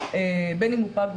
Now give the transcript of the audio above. בין אם הוא פג,